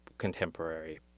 Contemporary